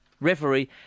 referee